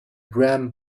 ran